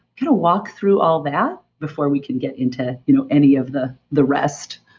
kind of walk through all that before we can get into you know any of the the rest.